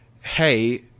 Hey